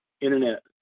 internet